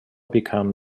become